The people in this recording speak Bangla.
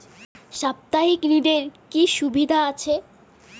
সাপ্তাহিক ঋণের কি সুবিধা আছে?